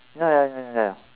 ya ya ya ya ya